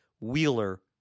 Wheeler